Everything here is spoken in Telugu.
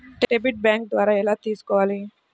డెబిట్ బ్యాంకు ద్వారా ఎలా తీసుకోవాలి?